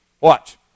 Watch